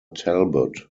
talbot